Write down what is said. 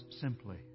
simply